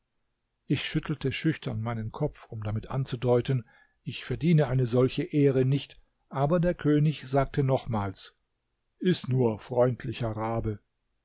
ich schüttelte schüchtern meinen kopf um damit anzudeuten ich verdiene eine solche ehre nicht aber der könig sagte nochmals iß nur freundlicher rabe